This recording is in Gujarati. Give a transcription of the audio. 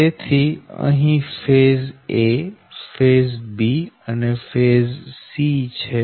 તેથી અહી ફેઝ a ફેઝ b અને ફેઝ c છે